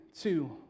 two